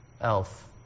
Elf